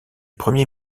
premier